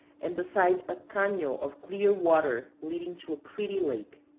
and beside a cano of clear water leading to a pretty lake.